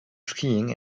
skiing